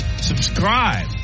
Subscribe